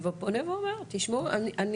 אם